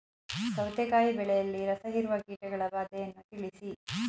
ಸೌತೆಕಾಯಿ ಬೆಳೆಯಲ್ಲಿ ರಸಹೀರುವ ಕೀಟಗಳ ಬಾಧೆಯನ್ನು ತಿಳಿಸಿ?